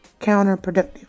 counterproductive